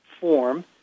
form